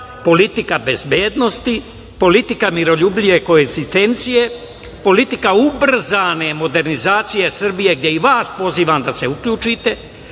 politika bezbednosti, politika miroljubive koegzistencije, politika ubrzane modernizacije Srbije, gde i vas pozivam da se uključite,